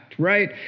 Right